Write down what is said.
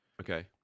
okay